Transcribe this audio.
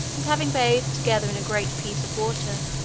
and having bathed together in a great piece of water,